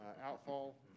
outfall